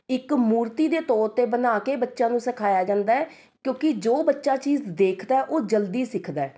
ਇੱਕ ਮੂਰਤੀ ਦੇ ਤੌਰ 'ਤੇ ਬਣਾ ਕੇ ਬੱਚਿਆਂ ਨੂੰ ਸਿਖਾਈਆਂ ਜਾਂਦਾ ਹੈ ਕਿਉਂਕਿ ਜੋ ਬੱਚਾ ਚੀਜ਼ ਦੇਖਦਾ ਉਹ ਜਲਦੀ ਸਿੱਖਦਾ